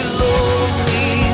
lonely